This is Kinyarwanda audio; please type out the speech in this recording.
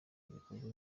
igikorwa